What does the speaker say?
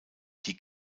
die